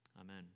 Amen